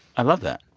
i love that